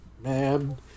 Man